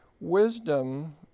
Wisdom